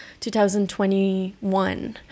2021